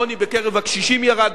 העוני בקרב הקשישים ירד,